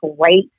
great